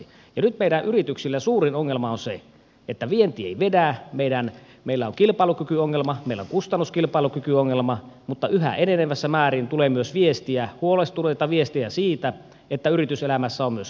nyt meidän yrityksillä suurin ongelma on se että vienti ei vedä meillä on kilpailukykyongelma meillä on kustannuskilpailukykyongelma mutta yhä enenevässä määrin tulee huolestunutta viestiä siitä että yrityselämässä on myös laatuongelma